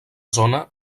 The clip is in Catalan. zona